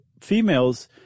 females